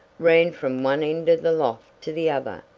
ran from one end of the loft to the other,